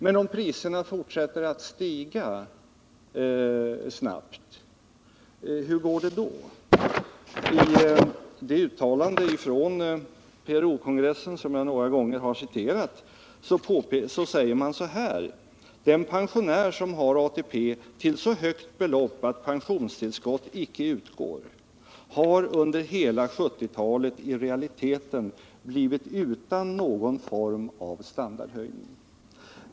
Men om priserna fortsätter att stiga snabbt, hur går det då? I det uttalande från PRO-kongressen som jag några gånger har citerat säger man: ”Den pensionär, som har ATP till så högt belopp att pensionstillskott icke utgår, har under hela 70-talet i realiteten blivit utan någon form av standardhöjning.